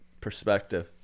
perspective